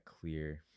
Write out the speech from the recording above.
clear